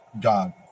God